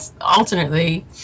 alternately